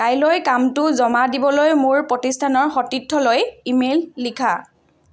কাইলৈ কামটো জমা দিবলৈ মোৰ প্ৰতিস্থানৰ সতীৰ্থলৈ ইমেইল লিখা